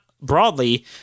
broadly